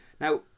now